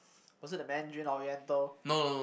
was it the Mandarin-Oriental